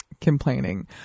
complaining